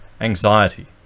anxiety